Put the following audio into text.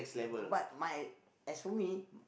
but my as for me